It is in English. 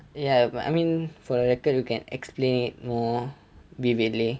ya but I mean for a record you can explain it more vividly